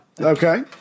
Okay